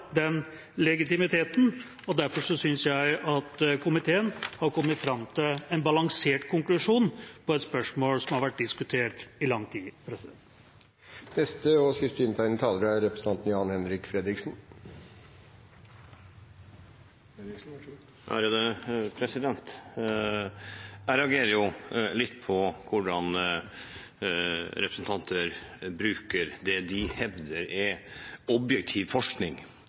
den legitimiteten. Derfor synes jeg at komiteen har kommet fram til en balansert konklusjon på et spørsmål som har vært diskutert i lang tid. Jeg reagerer litt på hvordan representanter bruker det de hevder er objektiv forskning, og at objektiv forskning krever forbud mot bruk av blyhagl. Da må jeg nesten spørre: Hvilken objektiv forskning?